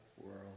world